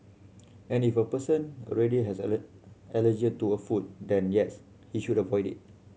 and if a person already has an allergy to a food then yes he should avoid it